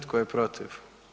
Tko je protiv?